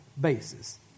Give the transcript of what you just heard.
basis